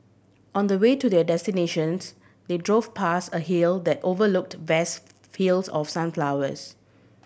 on the way to their destinations they drove past a hill that overlooked vast fields of sunflowers